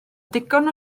digon